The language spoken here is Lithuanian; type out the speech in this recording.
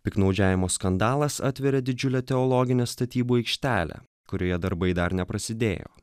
piktnaudžiavimo skandalas atveria didžiulę teologinę statybų aikštelę kurioje darbai dar neprasidėjo